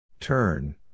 Turn